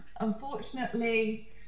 unfortunately